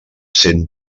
cent